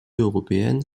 européenne